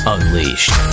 Unleashed